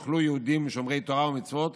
יהודים שומרי תורה ומצוות